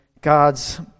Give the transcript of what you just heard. God's